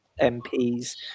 MPs